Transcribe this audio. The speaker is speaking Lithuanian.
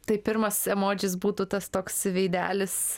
tai pirmas emodžis būtų tas toks veidelis